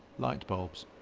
light bulbs.